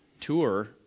tour